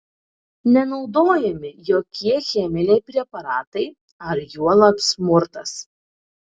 nenaudojami jokie cheminiai preparatai ar juolab smurtas